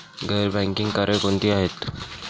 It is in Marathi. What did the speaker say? गैर बँकिंग कार्य कोणती आहेत?